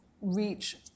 reach